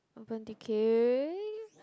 Urban-Decay